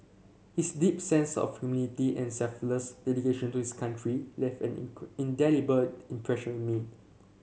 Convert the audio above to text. his deep sense of humility and selfless dedication to his country left an indelible impression me